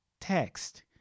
text